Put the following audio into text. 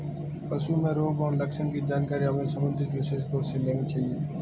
पशुओं में रोग और लक्षण की जानकारी हमें संबंधित विशेषज्ञों से लेनी चाहिए